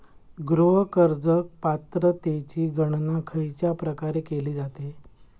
गृह कर्ज पात्रतेची गणना खयच्या प्रकारे केली जाते?